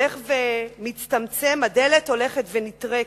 הפתח הולך ומצטמצם והדלת הולכת ונטרקת.